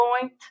point